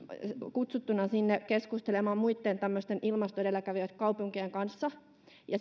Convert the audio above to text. kutsuttuna sinne keskustelemaan muitten tämmöisten ilmastoedelläkävijäkaupunkien kanssa ja